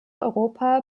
europa